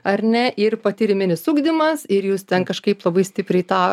ar ne ir patyriminis ugdymas ir jūs ten kažkaip labai stipriai tą